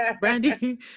brandy